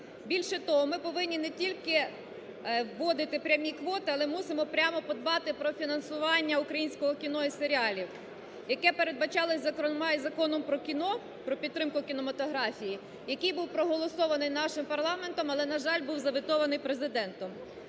Більше того, ми повинні не тільки вводити прямі квоти, але мусимо прямо подбати про фінансування українського кіно і серіалів, яке передбачалося, зокрема, і Законом про кіно, про підтримку кінематографії, який був проголосований нашим парламентом, але, на жаль, був заветований Президентом.